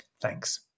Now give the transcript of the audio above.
Thanks